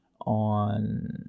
on